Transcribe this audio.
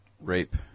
rape